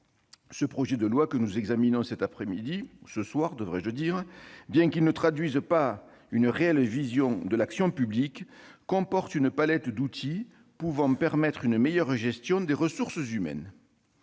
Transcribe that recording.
Le projet de loi que nous examinons aujourd'hui, bien qu'il ne traduise pas une réelle vision de l'action publique, comporte une palette d'outils pouvant permettre une meilleure gestion des ressources humaines.